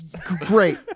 great